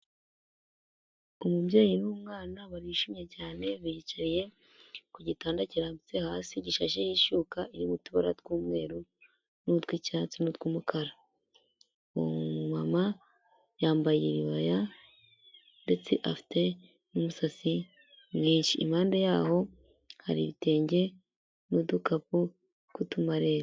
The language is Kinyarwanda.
Umubyeyi n'umwana barishimye cyane biyicariye ku gitanda kirambitse hasi gishasheho ishuka ririmo utubara tw'umweru n'utw'icyatsi n' tw'umukara. Uwo mumama yambaye iribaya ndetse afite n'umusatsi mwinshi, impande yaho hari ibitenge n'udukapu tw'utumarete.